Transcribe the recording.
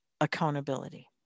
accountability